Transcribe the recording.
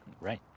right